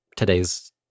today's